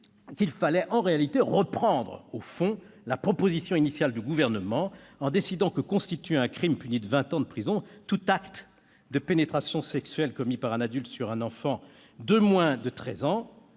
qu'il fallait en réalité reprendre la proposition initiale du Gouvernement, en décidant que « constitue un crime puni de vingt ans de prison, tout acte de pénétration sexuelle commis par un adulte sur un enfant de moins de treize